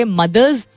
mothers